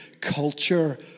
culture